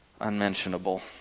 unmentionable